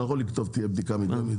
אני לא יכול לכתוב שתהיה בדיקה מדגמית.